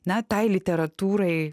na tai literatūrai